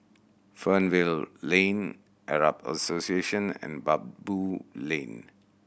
Fernvale Lane Arab Association and Baboo Lane